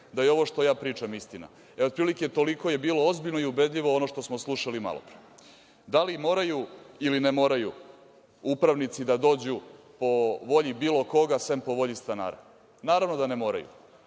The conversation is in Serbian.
da je ovo što ja pričam istina. E, otprilike toliko je bilo ozbiljno i ubedljivo ono što smo slušali malopre. Da li moraju, ili ne moraju, upravnici da dođu po volji bilo koga sem po volji stanara. Naravno da ne moraju.